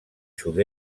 sud